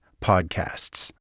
podcasts